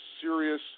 serious